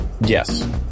Yes